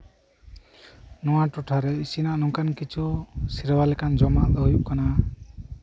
ᱱᱚᱣᱟ ᱴᱚᱴᱷᱟᱨᱮ ᱤᱥᱤᱱᱟᱜ ᱱᱚᱝᱠᱟᱱ ᱠᱤᱪᱷᱩ ᱥᱮᱨᱣᱟ ᱞᱮᱠᱟᱱ ᱡᱚᱢᱟᱜ ᱫᱚ ᱦᱩᱭᱩᱜ ᱠᱟᱱᱟ